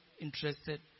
interested